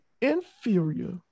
inferior